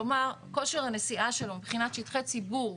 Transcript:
כלומר כושר הנשיאה שלו מבחינת שטחי ציבור,